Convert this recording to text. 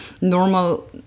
normal